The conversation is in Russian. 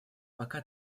пока